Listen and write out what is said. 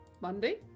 monday